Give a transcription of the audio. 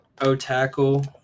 O-tackle